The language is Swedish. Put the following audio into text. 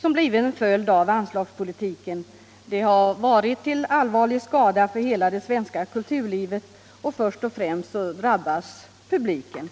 som blivit en följd av anstlagspolitiken har varit till allvarlig skada för hela det svenska kulturlivet. Först och främst drabbas publiken.